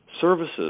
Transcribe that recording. services